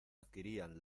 adquirían